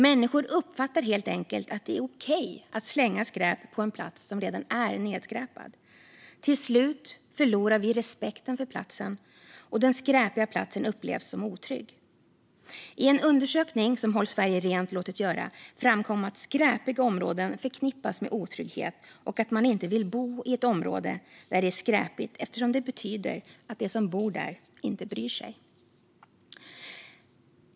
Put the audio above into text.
Människor uppfattar helt enkelt att det är okej att slänga skräp på en plats som redan är nedskräpad. Till slut förlorar vi respekten för platsen, och den skräpiga platsen upplevs som otrygg. I en undersökning som Håll Sverige Rent låtit göra framkom att skräpiga områden förknippas med otrygghet och att man inte vill bo i ett område där det är skräpigt eftersom det betyder att de som bor där inte bryr sig.